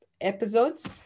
episodes